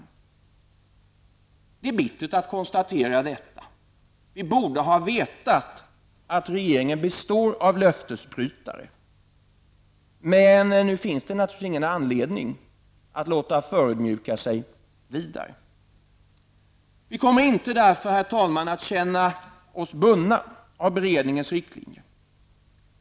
Det är bittert att konstatera detta. Vi borde ha vetat att regeringen består av löftesbrytare, men nu finns det naturligtvis ingen anledning att förödmjuka sig mer. Vi kommer därför inte, herr talman, att känna oss bundna av beredningens riktlinjer.